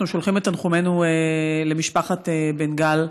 שולחים את תנחומינו למשפחת בן גל,